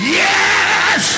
yes